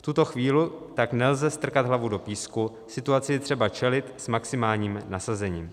V tuto chvíli tak nelze strkat hlavu do písku, situaci je třeba čelit s maximálním nasazením.